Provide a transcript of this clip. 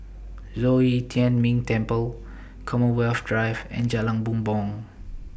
Zhong Yi Tian Ming Temple Commonwealth Drive and Jalan Bumbong